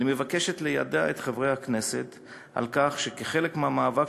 אני מבקשת ליידע את חברי הכנסת בכך שכחלק מהמאבק